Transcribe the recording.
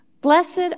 Blessed